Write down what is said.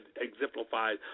exemplifies